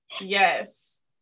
Yes